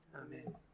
Amen